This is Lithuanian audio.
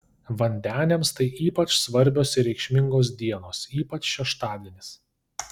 vandeniams tai ypač svarbios ir reikšmingos dienos ypač šeštadienis